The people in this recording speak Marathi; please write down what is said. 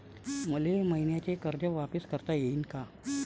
मले मईन्याचं कर्ज वापिस करता येईन का?